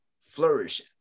flourish